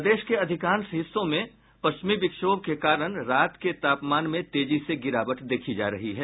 प्रदेश के अधिकांश हिस्सों में पश्चिमी विक्षोभ के कारण रात के तापमान में तेजी से गिरावट देखी जा रही है